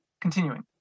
continuing